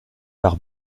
par